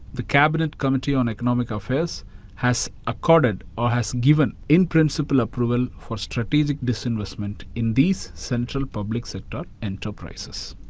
the cabinet committee on economic affairs has accorded or has given in-principle approval for strategic disinvestment in these central public sector enterprises.